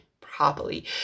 properly